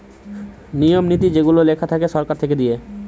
নিয়ম নীতি যেগুলা লেখা থাকে সরকার থেকে দিয়ে